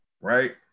right